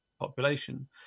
population